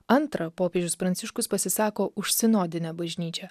antra popiežius pranciškus pasisako už sinodinę bažnyčią